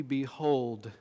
behold